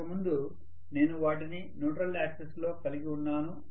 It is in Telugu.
ఇంతకుముందు నేను వాటిని న్యూట్రల్ యాక్సిస్ లో కలిగి ఉన్నాను